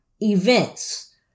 events